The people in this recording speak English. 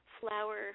flower